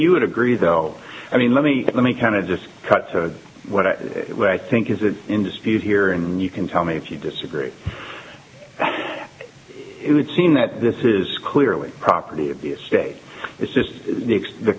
you would agree though i mean let me let me kind of just cut to what i think is an industry here and you can tell me if you disagree it would seem that this is clearly property of the state it's just the